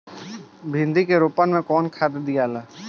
भिंदी के रोपन मे कौन खाद दियाला?